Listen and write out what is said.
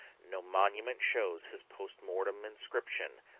no monument shows his post-mortem inscription,